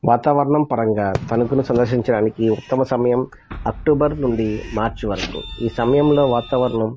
వాతావరణం పరంగా తణుకును సందర్శించడానికి ఉత్తమ సమయం అక్టోబర్ నుండి మార్చి వరకు ఈ సమయంలో వాతావరణం